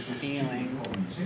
feeling